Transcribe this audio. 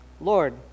Lord